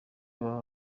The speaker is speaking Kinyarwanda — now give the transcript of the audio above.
baba